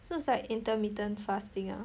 so it's like intermittent fasting ah